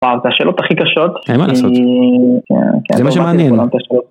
פעם את השאלות הכי קשות. אהה אין מה לעשות, זה מה שמעניין.